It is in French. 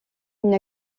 une